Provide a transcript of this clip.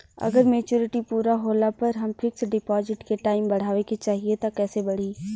अगर मेचूरिटि पूरा होला पर हम फिक्स डिपॉज़िट के टाइम बढ़ावे के चाहिए त कैसे बढ़ी?